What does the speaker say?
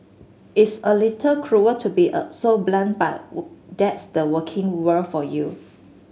it's a little cruel to be a so blunt but that's the working world for you